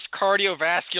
cardiovascular